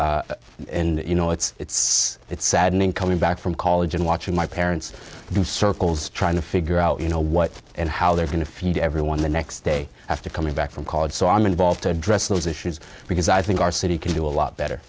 in you know it's it's saddening coming back from college and watching my parents circles trying to figure out you know what and how they're going to feed everyone the next day after coming back from college so i'm involved to address those issues because i think our city can do a lot better